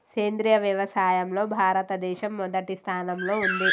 సేంద్రియ వ్యవసాయంలో భారతదేశం మొదటి స్థానంలో ఉంది